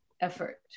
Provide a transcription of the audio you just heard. effort